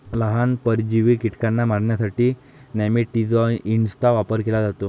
लहान, परजीवी कीटकांना मारण्यासाठी नेमॅटिकाइड्सचा वापर केला जातो